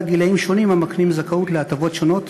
הקובע גילאים שונים המקנים זכאות להטבות שונות